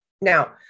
Now